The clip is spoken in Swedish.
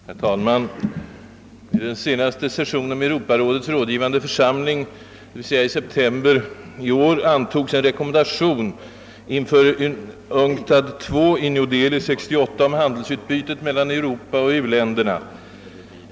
Herr talman! Vid den senaste sessionen med Europarådets rådgivande församling i september i år antogs en rekommendation inför UNCTAD II i New Delhi 1968 om handelsutbytet mellan Europa och u-länderna.